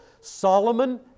Solomon